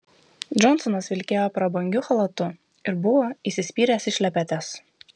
džonsonas vilkėjo prabangiu chalatu ir buvo įsispyręs į šlepetes